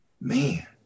man